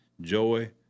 joy